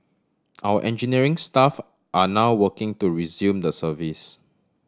our engineering staff are now working to resume the service